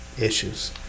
issues